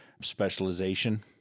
specialization